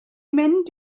mynd